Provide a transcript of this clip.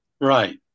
Right